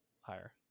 higher